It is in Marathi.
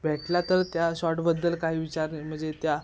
भेटला तर त्या शॉटबद्दल काही विचार नाही म्हणजे त्या